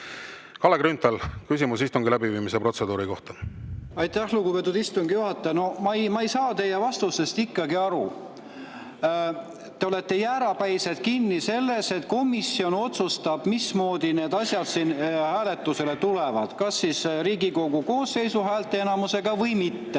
Kalle Grünthal, küsimus istungi läbiviimise protseduuri kohta. Aitäh, lugupeetud istungi juhataja! No ma ei saa teie vastustest ikkagi aru. Te olete jäärapäiselt kinni selles, et komisjon otsustab, mismoodi need asjad siin hääletusele tulevad, kas [on vaja] Riigikogu koosseisu häälteenamust või mitte.